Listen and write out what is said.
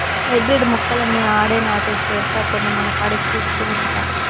hybrid మొక్కలన్నీ ఆడే నాటేస్తే ఎట్టా, కొన్ని మనకాడికి తీసికొనొస్తా